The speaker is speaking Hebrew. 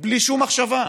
בלי שום מחשבה.